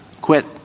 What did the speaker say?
quit